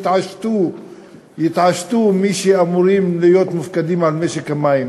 יתעשתו מי שאמורים להיות מופקדים על משק המים